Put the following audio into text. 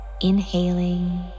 inhaling